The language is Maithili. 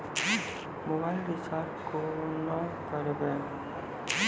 मोबाइल रिचार्ज केना करबै?